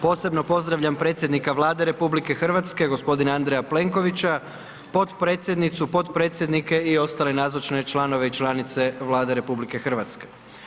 Posebno pozdravljam predsjednika Vlade RH g. Andreja Plenkovića, potpredsjednicu, potpredsjednike i ostale nazočne članove i članice Vlade RH.